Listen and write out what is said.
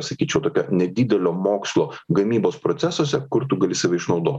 sakyčiau tokio nedidelio mokslo gamybos procesuose kur tu gali save išnaudot